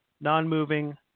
non-moving